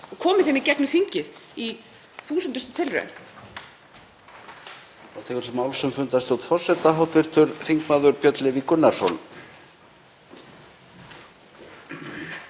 og komið þeim í gegnum þingið í þúsundustu tilraun?